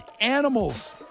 animals